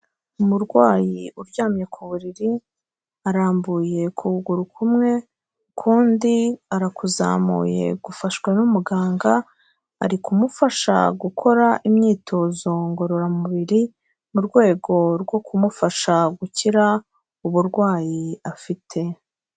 Umurwayi uryamye ku buriri, arambuye ukuguru kumwe ukundi arakuzamuye gufashwa n'umuganga, ari kumufasha gukora imyitozo ngororamubiri mu rwego rwo kumufasha gukira uburwayi afite.